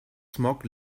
smog